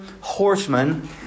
horsemen